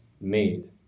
made